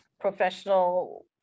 professional